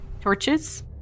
torches